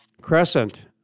Crescent